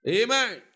Amen